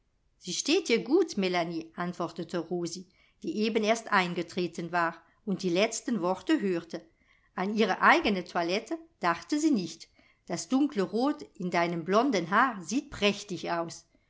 sie steht dir gut melanie antwortete rosi die eben erst eingetreten war und die letzten worte hörte an ihre eigene toilette dachte sie nicht das dunkle rot in deinem blonden haar sieht prächtig aus